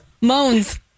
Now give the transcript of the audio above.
Moans